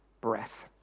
breath